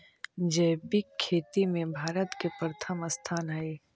जैविक खेती में भारत के प्रथम स्थान हई